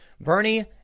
Bernie